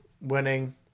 winning